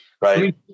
right